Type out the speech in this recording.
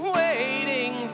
waiting